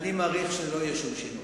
אני מעריך שלא יהיה שום שינוי,